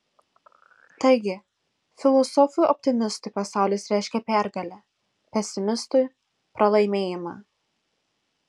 taigi filosofui optimistui pasaulis reiškia pergalę pesimistui pralaimėjimą